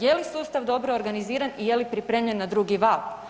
Je li sustav dobro organiziran i je li pripremljen na drugi val?